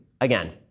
again